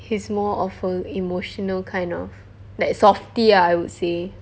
he's more of a emotional kind of like softy ah I would say